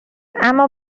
اما